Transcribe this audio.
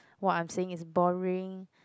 what I'm saying is boring